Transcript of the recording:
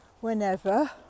whenever